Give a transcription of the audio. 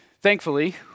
Thankfully